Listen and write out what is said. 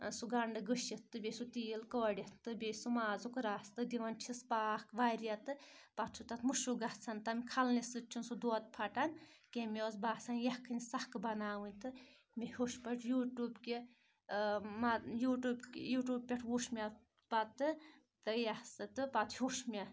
سُہ گنٛڈٕ گٔشِتھ تہٕ بیٚیہِ سُہ تیٖل کٲرِتھ تہٕ بیٚیہِ سُہ مازُک رَس تہٕ دِوان چھس پاکھ واریاہ تہٕ پتہٕ چھُ تَتھ مُشُک گژھان تمہِ کھلنہِ سۭتۍ چھُنہٕ سُہ دۄد پَھٹان کینٛہہ مےٚ اوس باسان یکھٕنۍ سَخ بناوٕنۍ تہٕ مےٚ ہیوٚچھ پٲٹھۍ یوٗٹوٗب کہِ یوٗٹوٗب یوٗٹوٗب پؠٹھ وٕچھ مےٚ پتہٕ تہٕ یِہ ہَسا تہٕ پتہٕ ہِیوٚچھ مےٚ